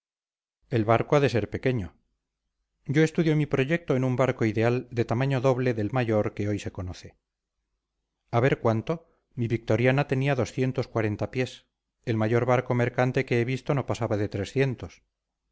el barco ha de ser pequeño yo estudio mi proyecto en un barco ideal de tamaño doble del mayor que hoy se conoce a ver cuánto mi victoriana tenía doscientos cuarenta pies el mayor barco mercante que he visto no pasaba de trescientos